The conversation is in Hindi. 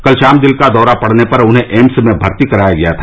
कल शाम दिल का दौरा पड़ने पर एम्स में भर्ती कराया गया था